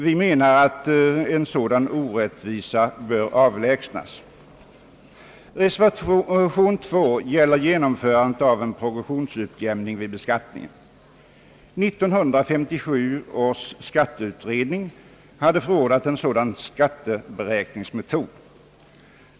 Vi menar att en sådan orättvisa bör avlägsnas. Reservation nr 2 gäller genomförandet av en progressionsutjämning vid beskattningen. 1957 års skatteutredning hade förordat en sådan skatteberäkningsmetod.